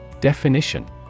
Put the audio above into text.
Definition